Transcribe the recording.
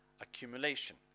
accumulation